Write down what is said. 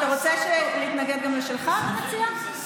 אתה רוצה להתנגד גם לשלך, אתה מציע?